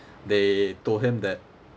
they told him that